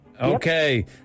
Okay